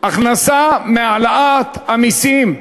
הכנסה מהעלאת המסים.